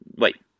wait